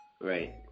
right